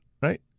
right